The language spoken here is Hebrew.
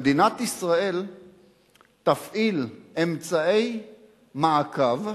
מדינת ישראל תפעיל אמצעי מעקב,